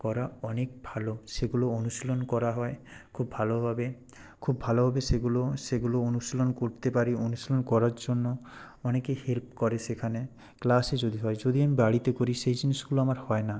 করা অনেক ভালো সেগুলো অনুশীলন করা হয় খুব ভালোভাবে খুব ভালোভাবে সেগুলো সেগুলো অনুশীলন করতে পারি অনুশীলন করার জন্য অনেকে হেল্প করে সেখানে ক্লাসে যদি হয় যদি আমি বাড়িতে করি সেই জিনিসগুলো আমার হয় না